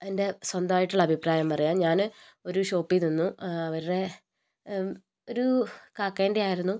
എൻ്റെ സ്വന്തമായിട്ടുള്ള അഭിപ്രായം പറയാം ഞാൻ ഒരു ഷോപ്പിനിന്നു അവരുടെ ഒരു കാക്കേൻ്റെ ആയിരുന്നു